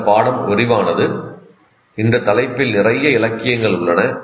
இந்த பாடம் விரிவானது இந்த தலைப்பில் நிறைய இலக்கியங்கள் உள்ளன